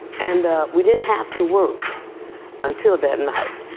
and we didn't have to work until that and night.